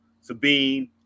Sabine